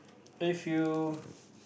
if you